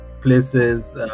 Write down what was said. places